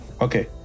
Okay